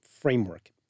framework